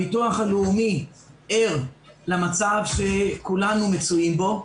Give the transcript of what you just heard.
הביטוח הלאומי ער למצב שכולנו מצויים בו.